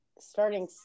starting